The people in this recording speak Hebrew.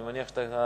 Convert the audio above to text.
אני מניח שאתה